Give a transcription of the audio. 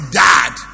dad